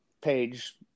page